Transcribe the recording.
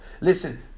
listen